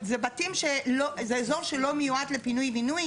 זה אזור שלא מיועד לפינוי בינוי,